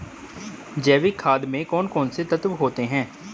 जैविक खाद में कौन कौन से तत्व होते हैं?